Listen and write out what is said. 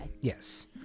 Yes